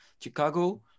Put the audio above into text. Chicago